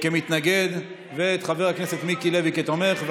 כמתנגד ואת חבר הכנסת מיקי לוי כתומך.